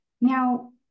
Now